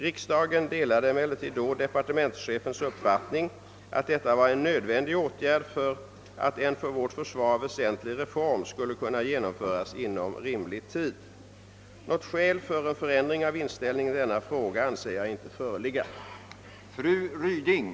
Riksdagen delade emellertid då departementschefens uppfattning att detta var en nödvändig åtgärd för att en för vårt försvar väsentlig reform skulle kunna genomföras inom rimlig tid. Något skäl för en ändring av inställningen i denna fråga anser jag inte föreligga.